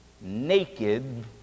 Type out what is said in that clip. naked